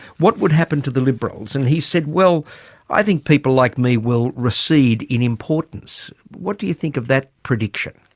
what would happen to the liberals? and he said, well i think people like me will recede in importance. what do you think of that prediction?